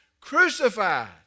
crucified